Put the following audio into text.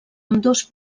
ambdós